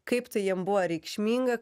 kaip tai jiem buvo reikšminga